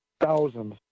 Thousands